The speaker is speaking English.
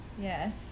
Yes